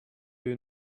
you